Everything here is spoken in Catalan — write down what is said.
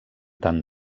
tant